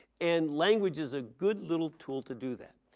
and language is a good little tool to do that.